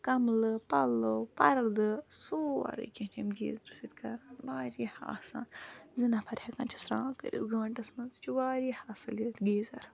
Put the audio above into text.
کَملہٕ پَلو پَردٕ سورُے کینٛہہ چھِ امۍ گیٖزرٕ سۭتۍ کَران واریاہ آب آسان زٕ نَفر ہٮ۪کان چھِ سرٛان کٔرِتھ گٲنٛٹَس منٛز یہِ چھُ واریاہ اَصٕل یہِ گیٖزَر